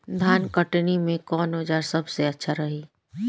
धान कटनी मे कौन औज़ार सबसे अच्छा रही?